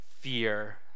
fear